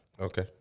okay